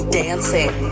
dancing